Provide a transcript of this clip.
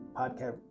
podcast